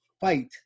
fight